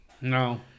No